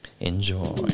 Enjoy